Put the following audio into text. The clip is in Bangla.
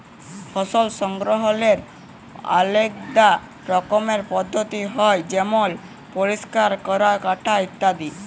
ফসল সংগ্রহলের আলেদা রকমের পদ্ধতি হ্যয় যেমল পরিষ্কার ক্যরা, কাটা ইত্যাদি